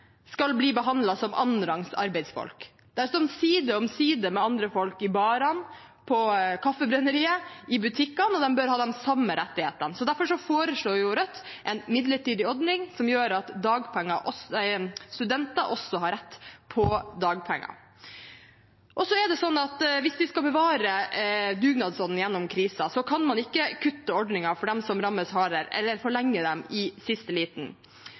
skal bli behandlet som annenrangs arbeidsfolk. De står side om side med andre folk i baren, på Kaffebrenneriet og i butikkene, og de bør ha de samme rettighetene. Derfor foreslår Rødt en midlertidig ordning som gjør at studenter også har rett på dagpenger. Hvis vi skal bevare dugnadsånden gjennom krisen, kan man ikke kutte ordninger for dem som rammes hardest, eller forlenge dem i siste liten.